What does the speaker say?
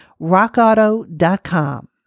rockauto.com